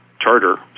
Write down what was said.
charter